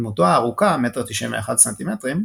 דמותו הארוכה 191 ס"מ